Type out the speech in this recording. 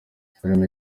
filimi